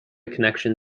connection